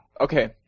okay